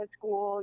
school